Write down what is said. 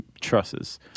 trusses